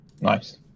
Nice